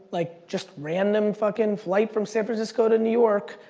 like just random fuckin' flight from san francisco to new york.